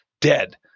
Dead